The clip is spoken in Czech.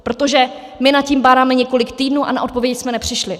Protože my nad tím bádáme několik týdnů a na odpovědi jsme nepřišli.